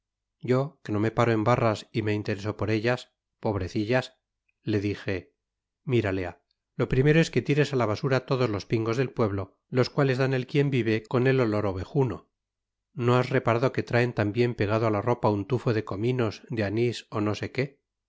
yo que no me paro en barras y me intereso por ellas pobrecillas le dije mira lea lo primero es que tires a la basura todos los pingos del pueblo los cuales dan el quién vive con el olor ovejuno no has reparado que traen también pegado a la ropa un tufo de cominos de anís o no sé qué